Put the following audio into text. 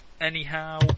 Anyhow